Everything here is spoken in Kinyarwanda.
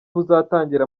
buzatangira